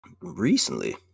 recently